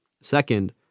Second